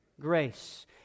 grace